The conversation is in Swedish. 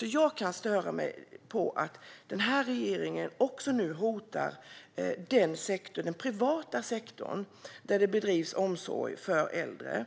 Jag kan därför störa mig på att denna regering nu, genom Reepalus märkliga förslag om vinststopp, hotar den privata sektorn där det bedrivs omsorg för äldre.